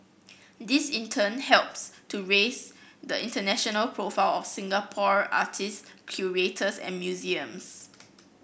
this in turn helps to raise the international profile of Singapore artist curators and museums